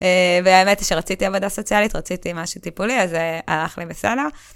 והאמת היא שרציתי עבודה סוציאלית, רציתי משהו טיפולי, אז זה הלך לי בסדר.